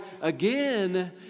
again